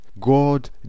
God